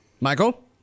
Michael